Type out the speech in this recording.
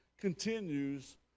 continues